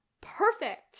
perfect